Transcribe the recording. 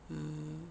mm